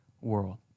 world